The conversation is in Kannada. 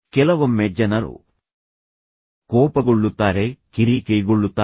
ಕೆಲವೊಮ್ಮೆ ಜನರು ಕೋಪಗೊಳ್ಳುತ್ತಾರೆ ಕಿರಿಕಿರಿಗೊಳ್ಳುತ್ತಾರೆ